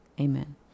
Amen